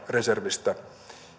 reservistä